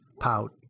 pout